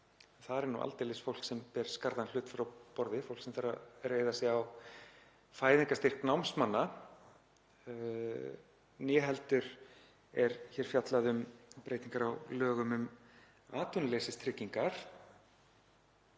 þar er nú aldeilis fólk sem ber skarðan hlut frá borði, fólk sem þarf að reiða sig á fæðingarstyrk námsmanna — né heldur er hér fjallað um breytingar á lögum um atvinnuleysistryggingar.